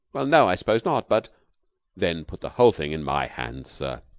well, no, i suppose not, but then put the whole thing in my hands, sir.